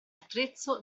attrezzo